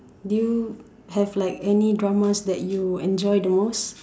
do you have like any dramas that you enjoy the most